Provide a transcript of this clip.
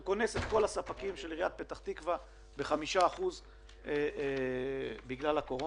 הוא קונס את כל הספקים של עיריית פתח תקווה ב-5% בגלל הקורונה.